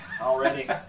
Already